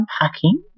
unpacking